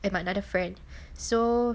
and my another friend so